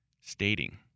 stating